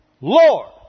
Lord